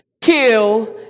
kill